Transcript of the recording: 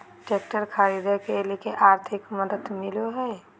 Tractor खरीदे के लिए आर्थिक मदद मिलो है?